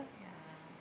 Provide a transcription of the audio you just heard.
yeah